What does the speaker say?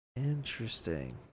Interesting